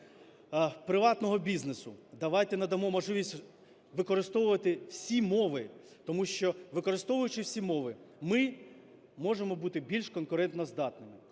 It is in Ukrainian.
приватного бізнесу, давайте надамо можливість використовувати всі мови, тому що, використовуючи всі мови, ми можемо бути більш конкурентоздатними.